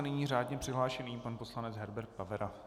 Nyní řádně přihlášený pan poslanec Herbert Pavera.